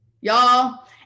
y'all